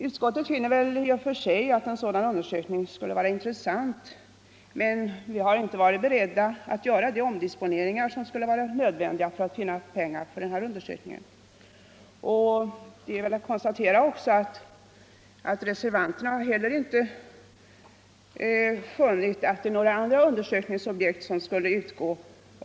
Utskottet finner att en sådan undersökning i och för sig skulle vara intressant, men vi har inte varit beredda att göra de omdisponeringar som skulle vara nödvändiga för att få pengar till denna undersökning. Det är också att konstatera att reservanterna inte har funnit att några andra undersökningsobjekt skulle kunna utgå.